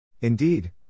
Indeed